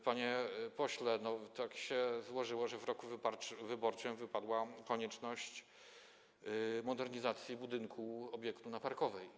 Panie pośle, tak się złożyło, że w roku wyborczym wypadła konieczność modernizacji budynku, obiektu na ul. Parkowej.